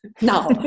now